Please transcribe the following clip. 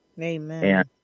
Amen